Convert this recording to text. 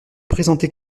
présenter